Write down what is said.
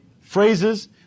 phrases